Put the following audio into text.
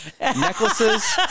necklaces